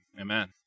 amen